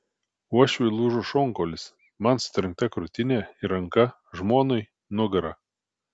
uošviui lūžo šonkaulis man sutrenkta krūtinė ir ranka žmonai nugara